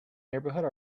neighbourhood